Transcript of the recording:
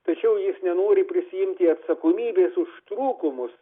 tačiau jis nenori prisiimti atsakomybės už trūkumus